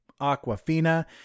Aquafina